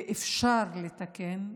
ואפשר לתקן,